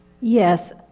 Yes